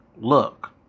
look